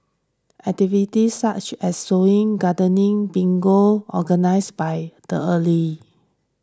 activities such as sewing gardening bingo organised by the early